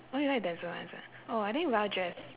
oh you like denser ones ah I think well dressed